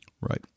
Right